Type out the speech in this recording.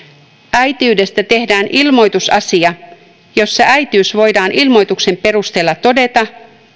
äitiydestä tehdään ilmoitusasia jossa äitiys voidaan ilmoituksen perusteella todeta